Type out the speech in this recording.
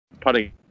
Putting